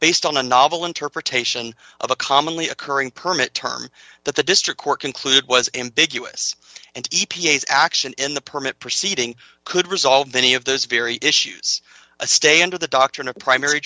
based on a novel interpretation of a commonly occurring permit term that the district court concluded was ambiguous and e p a s action in the permit proceeding could resolve many of those very issues a stay under the doctrine of primary